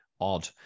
Odd